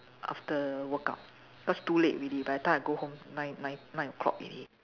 after workout cause too late already by the time I go home nine nine nine o-clock already